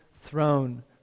throne